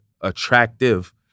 attractive